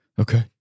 Okay